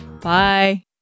Bye